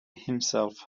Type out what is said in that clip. himself